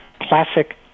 Classic